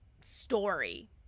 story